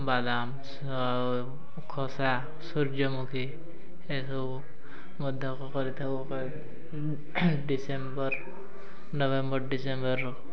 ବାଦାମ ଆଉ ଖସା ସୂର୍ଯ୍ୟମୁଖୀ ଏସବୁ ମଧ୍ୟ କରିଥାଉ ଡିସେମ୍ବର ନଭେମ୍ବର ଡିସେମ୍ବର